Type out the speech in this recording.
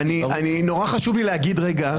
נורא חשוב לי להגיד רגע,